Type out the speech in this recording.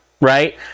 right